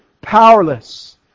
powerless